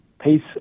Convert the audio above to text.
Peace